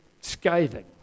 scathing